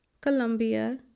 Colombia